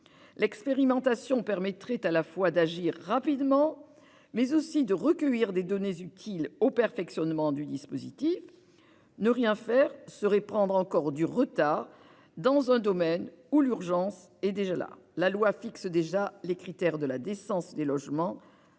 L'expérimentation permettrait à la fois d'agir rapidement et de recueillir des données utiles au perfectionnement du dispositif. À l'inverse, ne rien faire reviendrait à prendre encore du retard dans un domaine où l'urgence est déjà là. La loi fixe déjà les critères de la décence des logements